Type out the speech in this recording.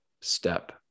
step